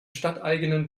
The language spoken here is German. stadteigenen